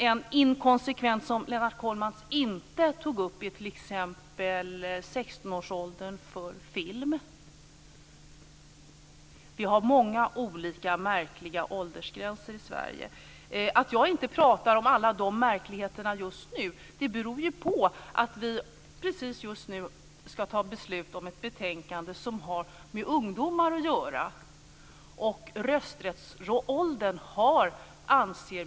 En inkonsekvens som Lennart Kollmats inte tog upp är t.ex. 16 årsåldern för film. Vi har många olika märkliga åldersgränser i Sverige. Att jag inte pratar om alla de märkligheterna nu beror på att vi precis just nu ska fatta beslut om ett betänkande som rör ungdomar.